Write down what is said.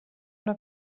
una